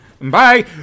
Bye